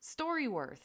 StoryWorth